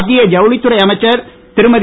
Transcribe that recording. மத்திய ஜவுளித்துறை அமைச்சர் திருமதி